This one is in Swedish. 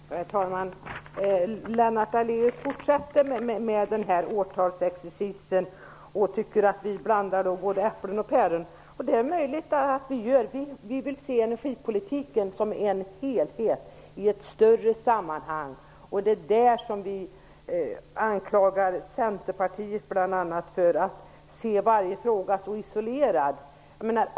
Herr talman! Lennart Daléus fortsätter med årtalsexercisen och tycker att vi blandar äpplen och päron. Det är möjligt att vi gör det. Vi vill se energipolitiken som en helhet, i ett större sammanhang. Det är där vi anklagar bl.a. Centerpartiet för att se varje fråga isolerat.